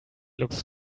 looks